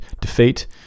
defeat